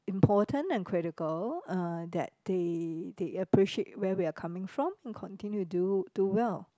important and critical uh that they they appreciate where we are coming from and continue do do well